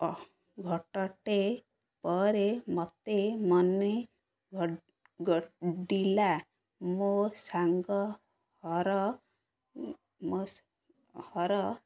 ଘଟଟେ ପରେ ମତେ ମନେ ଘ ଘଡ଼ିଲା ମୋ ସାଙ୍ଗ ହର ମୋ ହର